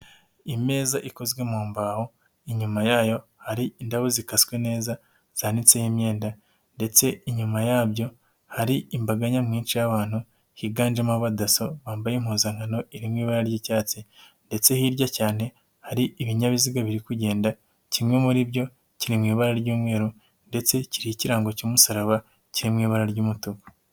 Imeza ikozwe mu mbaho inyuma yayo hari indabo zikaswe neza zanitseho imyenda ndetse inyuma yabyo hari imbaga nyamwinshi y'abantu, higanjemo aba DASSO bambaye impuzankano iririmo ibara ry'icyatsi ndetse hirya cyane hari ibinyabiziga biri kugenda, kimwe muri byo kiri mu ibara ry'umweru ndetse kiriho ikirango cy'umusaraba kiri mu ibara ry'umutuku.